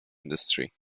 industry